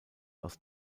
aus